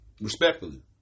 respectfully